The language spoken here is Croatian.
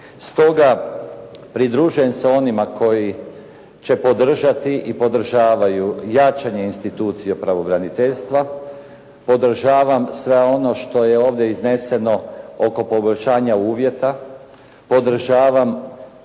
Stoga pridružujem se onima koji će podržati i podržavaju jačanje institucija pravobraniteljstva, podržavam sve ono što je ovdje izneseno oko poboljšanja uvjeta, podržavam